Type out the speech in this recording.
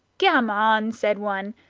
gammon! said one.